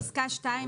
אנחנו בפסקה (2),